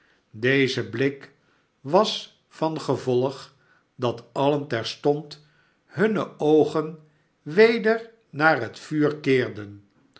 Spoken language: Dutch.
deze blik was van gevolg dat alien terstond hunne oogen weder naar het vuur keerden